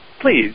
Please